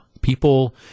People